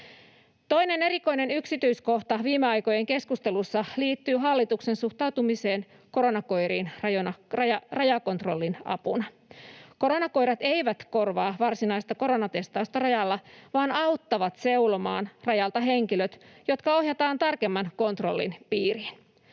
Toinen erikoinen yksityiskohta viime aikojen keskustelussa liittyy hallituksen suhtautumiseen koronakoiriin rajakontrollin apuna. Koronakoirat eivät korvaa varsinaista koronatestausta rajalla vaan auttavat seulomaan rajalta henkilöt, jotka ohjataan tarkemman kontrollin piiriin.